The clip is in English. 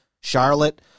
Charlotte